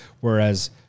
whereas